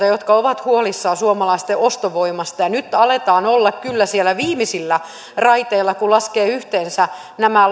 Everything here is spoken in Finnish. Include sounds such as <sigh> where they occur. <unintelligible> jotka ovat huolissaan suomalaisten ostovoimasta nyt aletaan olla kyllä siellä viimeisillä raiteilla kun laskee yhteensä nämä <unintelligible>